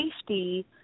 safety